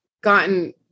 gotten